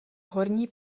horní